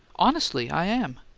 honestly, i am!